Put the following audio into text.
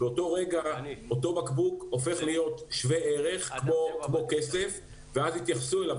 באותו רגע אותו בקבוק הופך להיות שווה ערך כמו כסף ואז יתייחסו אליו